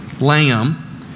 lamb